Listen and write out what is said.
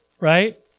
Right